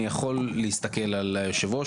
אני יכול להסתכל על יושב הראש,